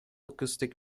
acoustic